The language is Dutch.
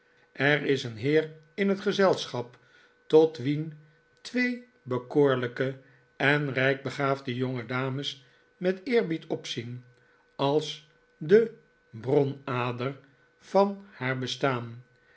er is een heer in het gezelschap tot wien twee bekoorlijke en rijk begaafde jongedames met eerbied opzien als de bronader van haar bestaan